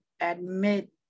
admit